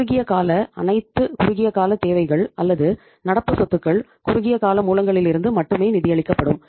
குறுகிய கால அனைத்து குறுகிய கால தேவைகள் அல்லது நடப்பு சொத்துக்கள் குறுகிய கால மூலங்களிலிருந்து மட்டுமே நிதியளிக்கப்படும்